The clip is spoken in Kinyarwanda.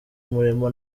umurimo